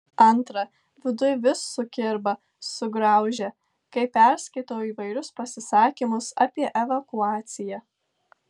antra viduj vis sukirba sugraužia kai perskaitau įvairius pasisakymus apie evakuaciją